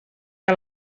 que